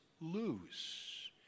lose